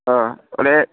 ओह हले